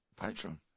Patron